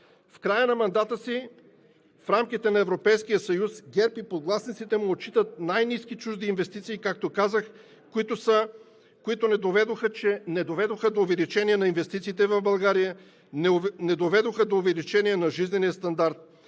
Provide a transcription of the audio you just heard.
В края на мандата си в рамките на Европейския съюз ГЕРБ и подвластниците му отчитат най-ниски чужди инвестиции, както казах, които не доведоха до увеличение на инвестициите в България, не доведоха до увеличение на жизнения стандарт.